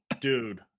dude